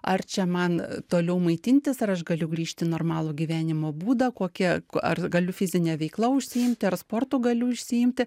ar čia man toliau maitintis ar aš galiu grįžt į normalų gyvenimo būdą kokia ar galiu fizine veikla užsiimti ar sportu galiu užsiimti